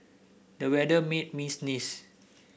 the weather made me sneeze